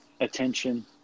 attention